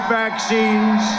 vaccines